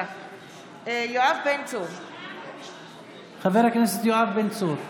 (קוראת בשמות חברי הכנסת) יואב בן צור,